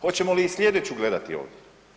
Hoćemo li i sljedeću gledati ovdje?